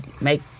make